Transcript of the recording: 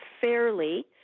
fairly